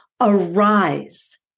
Arise